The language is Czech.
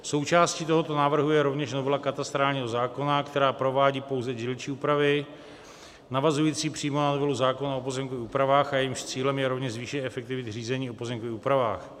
Součástí tohoto návrhu je rovněž novela katastrálního zákona, která provádí pouze dílčí úpravy navazující přímo na novelu zákona o pozemkových úpravách, jejímž cílem je rovněž zvýšit efektivitu řízení o pozemkových úpravách.